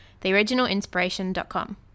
theoriginalinspiration.com